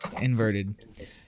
Inverted